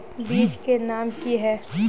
बीज के नाम की है?